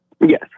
Yes